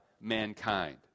mankind